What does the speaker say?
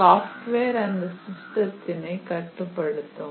software அந்த சிஸ்டத்தினை கட்டுப்படுத்தும்